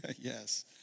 Yes